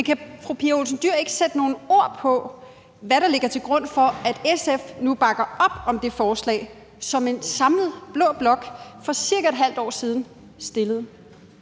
Dyhr ikke sætte nogle ord på, hvad der ligger til grund for, at SF nu bakker op om det forslag, som en samlet blå blok for cirka et halvt år siden stillede?